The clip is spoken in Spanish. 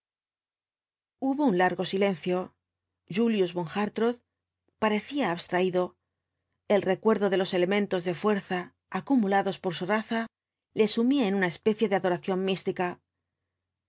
largo silencio julius von hartrott parecía abstraído el recuerdo de los elementos de fuerza acumulados por su raza le sumía en una especie de adoración mística